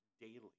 daily